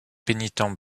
pénitents